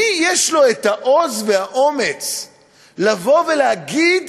מי יש לו העוז והאומץ לבוא ולהגיד: